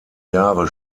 jahre